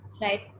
right